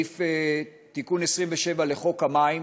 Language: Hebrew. לתיקון 27 לחוק המים,